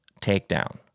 takedown